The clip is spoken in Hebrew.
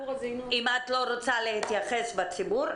אם את לא רוצה להתייחס בציבור,